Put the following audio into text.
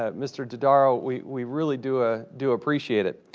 ah mr. dodaro, we we really do ah do appreciate it.